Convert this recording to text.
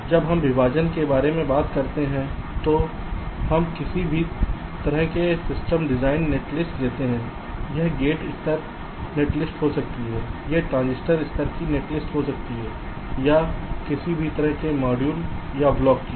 इसलिए जब हम विभाजन के बारे में बात करते हैं तो हम किसी भी तरह के सिस्टम डिज़ाइन नेटलिस्ट लेते हैं यह गेट स्तर नेटलिस्ट हो सकती है यह ट्रांजिस्टर स्तर की नेटलिस्ट हो सकती है या किसी भी तरह के मॉड्यूल या ब्लॉक की